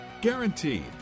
Guaranteed